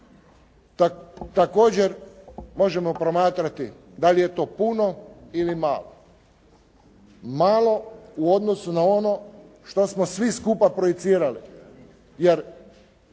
također možemo promatrati da li je to puno ili malo. Malo u odnosu na ono što smo svi skupa projicirali